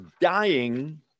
dying